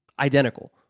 identical